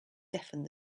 deafened